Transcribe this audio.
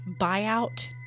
buyout